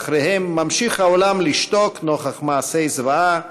שאחריהם ממשיך העולם לשתוק נוכחי מעשי זוועה,